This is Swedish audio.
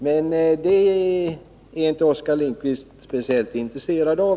Men det är Oskar Lindkvist tydligen inte speciellt intresserad av.